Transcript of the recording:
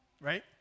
right